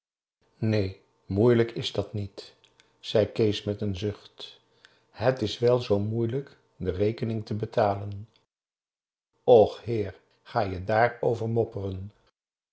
neen moeilijk is dat niet zei kees met een zucht het is wel zoo moeilijk de rekening te betalen och heer ga je dààrover mopperen